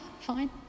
fine